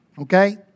okay